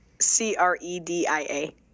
C-R-E-D-I-A